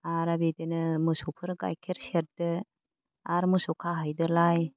आरो बिदिनो मोसौफोर गाइखेर सेरदो आरो मोसौ खाहैदोलाय